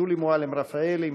שולי מועלם-רפאלי,